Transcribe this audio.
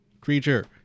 creature